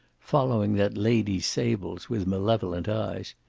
following that lady's sables with malevolent eyes,